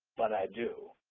but i do.